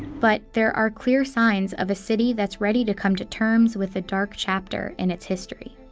but there are clear signs of a city that's ready to come to terms with a dark chapter in its history.